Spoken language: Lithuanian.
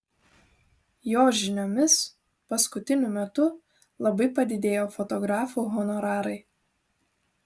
jo žiniomis paskutiniu metu labai padidėjo fotografų honorarai